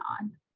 on